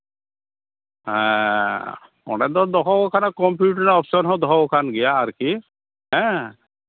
ᱦᱮᱸ ᱚᱸᱰᱮ ᱫᱚ ᱫᱚᱦᱚᱣ ᱠᱟᱱᱟ ᱠᱚᱢᱯᱤᱴ ᱨᱮᱱᱟᱜ ᱚᱯᱷᱥᱮᱱ ᱦᱚᱸ ᱫᱚᱦᱚᱣ ᱠᱟᱱ ᱜᱮᱭᱟ ᱟᱨᱠᱤ ᱦᱮᱸ